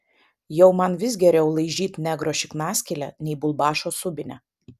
jau man vis geriau laižyt negro šiknaskylę nei bulbašo subinę